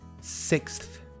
sixth